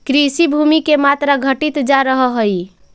कृषिभूमि के मात्रा घटित जा रहऽ हई